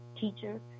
teacher